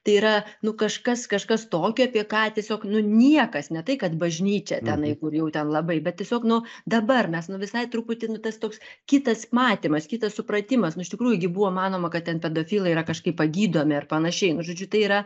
tai yra nu kažkas kažkas tokio apie ką tiesiog nu niekas ne tai kad bažnyčia tenai kur jau ten labai bet tiesiog nu dabar mes nu visai truputį nu tas toks kitas matymas kitas supratimas nu iš tikrųjų gi buvo manoma kad ten pedofilai yra kažkaip pagydomi ar panašiai nu žodžiu tai yra